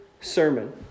sermon